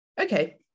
Okay